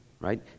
right